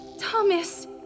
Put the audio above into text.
Thomas